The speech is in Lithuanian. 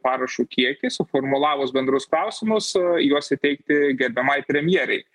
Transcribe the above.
parašų kiekį suformulavus bendrus klausimus juos įteikti gerbiamai premjerei